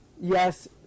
yes